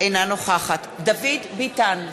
אינה נוכחת דוד ביטן,